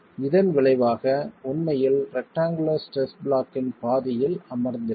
இதன் விளைவாக உண்மையில் ரெக்டங்குளர் ஸ்ட்ரெஸ் பிளாக் இன் பாதியில் அமர்ந்திருக்கும்